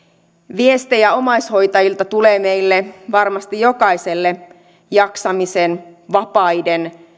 viestejä omaishoitajilta tulee varmasti meille jokaiselle jaksamisen vapaiden